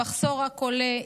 המחסור רק עולה,